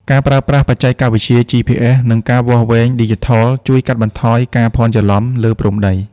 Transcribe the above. ការប្រើប្រាស់បច្ចេកវិទ្យា GPS និងការវាស់វែងឌីជីថល ជួយកាត់បន្ថយការភ័ន្តច្រឡំលើព្រំដី។